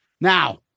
Now